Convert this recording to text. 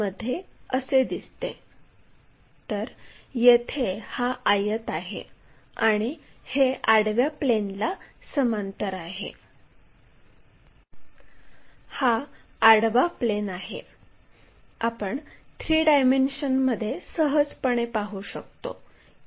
पण आपल्याला हे माहित नाहीये की ते उभ्या प्लेनपासून नक्की कुठे आहे